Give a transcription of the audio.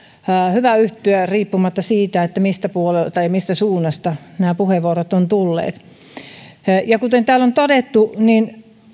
hyvä yhtyä riippumatta siitä mistä suunnasta nämä puheenvuorot ovat tulleet kuten täällä on todettu niin